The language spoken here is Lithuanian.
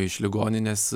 iš ligoninės